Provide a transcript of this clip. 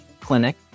Clinic